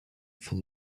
for